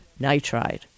nitride